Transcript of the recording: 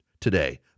today